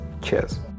Cheers